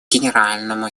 генеральному